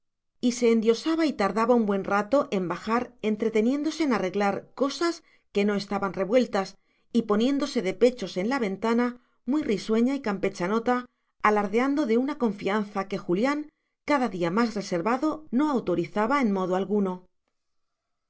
y se endiosaba y tardaba un buen rato en bajar entreteniéndose en arreglar cosas que no estaban revueltas o poniéndose de pechos en la ventana muy risueña y campechanota alardeando de una confianza que julián cada día más reservado no autorizaba en modo alguno